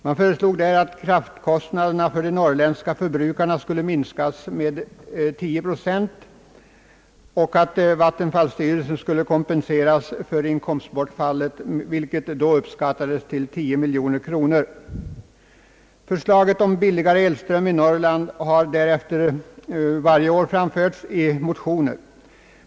Man föreslog att kraftkostnaderna för de norrländska förbrukarna skulle minskas med 10 procent och att vattenfallsstyrelsen skulle kompenseras för inkomstbortfallet, vilket då uppskattades till 10 miljoner kronor. Förslaget om billigare elström i Norrland har därefter varje år förts fram i motioner.